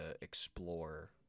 explore